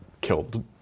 killed